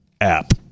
app